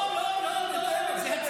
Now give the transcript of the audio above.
לא לא לא, תן לי לדבר, מה